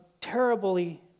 terribly